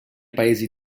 paesi